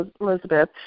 Elizabeth